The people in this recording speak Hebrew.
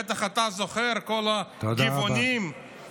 בטח אתה זוכר את כל הגבעונים והאדומים,